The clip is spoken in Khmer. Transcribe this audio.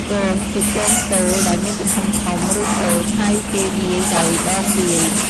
គង ជាគងទោលដែលមានទំហំធំ ឬតូច ហើយគេវាយដោយដងវាយ។